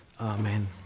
Amen